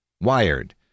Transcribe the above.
Wired